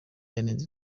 yanenze